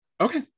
Okay